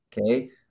Okay